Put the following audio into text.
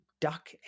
duck